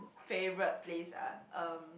favourite place ah um